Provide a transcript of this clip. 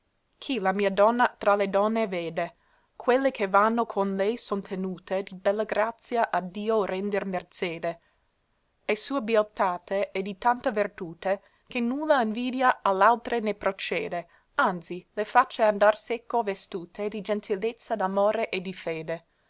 chi la mia donna tra le donne vede quelle che vanno con lei son tenute di bella grazia a dio render merzede e sua bieltate è di tanta vertute che nulla invidia a l'altre ne procede anzi le face andar seco vestute di gentilezza d'amore e di fede